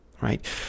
right